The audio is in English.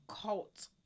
cult